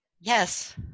Yes